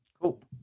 Cool